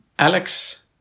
Alex